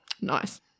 Nice